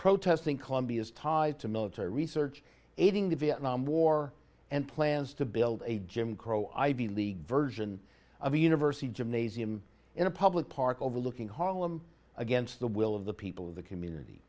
protesting columbia's tied to military research aiding the vietnam war and plans to build a jim crow ivy league version of the university gymnasium in a public park overlooking harlem against the will of the people of the community